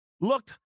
looked